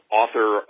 author